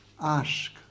Ask